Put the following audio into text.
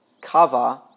cover